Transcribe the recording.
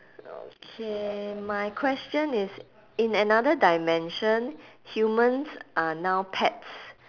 okay my question is in another dimension humans are now pets